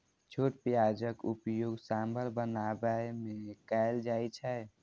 छोट प्याजक उपयोग सांभर बनाबै मे कैल जाइ छै